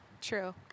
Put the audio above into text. true